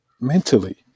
mentally